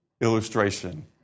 illustration